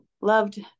loved